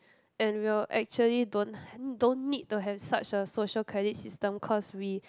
and we'll actually don't don't need to have such a social credit system cause we